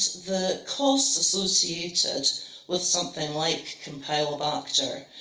the costs associated with something like campylobacter,